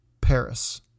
Paris